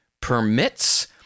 permits